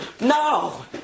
No